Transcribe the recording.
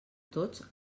tots